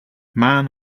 man